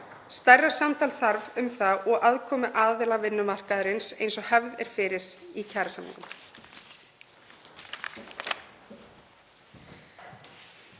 Stærra samtal þarf um það og aðkomu aðila vinnumarkaðarins eins og hefð er fyrir í kjarasamningum.